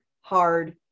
hard